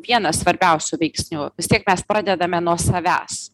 vienas svarbiausių veiksnių vis tiek mes pradedame nuo savęs